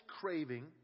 craving